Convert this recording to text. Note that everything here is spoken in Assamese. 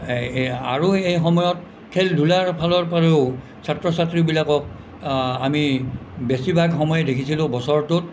আৰু সেই সময়ত খেলা ধূলাৰ ফালৰ পৰাও ছাত্ৰ ছাত্ৰীবিলাকক অমি বেছিভাগ সময়ে দেখিছিলোঁ বছৰটোত